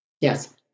Yes